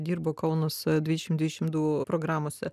dirbo kaunas dvidešim dvidešim du programose